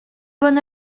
bonne